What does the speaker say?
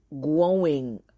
growing